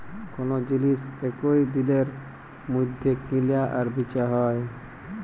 call জিলিস একই দিলের মইধ্যে কিলা আর বিচা হ্যয়